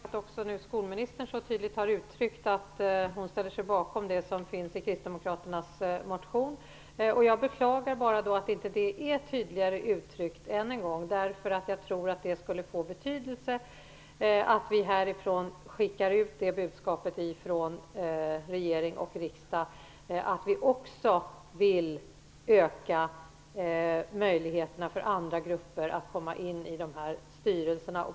Fru talman! Jag vill bara tacka för att också skolministern så tydligt har uttryckt att hon ställer sig bakom det som finns i kristdemokraternas motion. Jag beklagar bara att det inte är tydligare uttryckt. Jag tror att det skulle få betydelse att det budskapet skickas ut från regering och riksdag, att vi också vill öka möjligheterna för andra grupper att komma in i styrelserna.